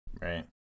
Right